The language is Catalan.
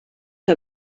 que